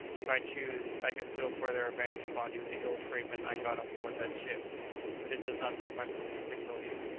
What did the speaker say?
if i chose, i could still further avenge upon you the ill-treatment i got on board that ship but it does not suit my purpose to kill you.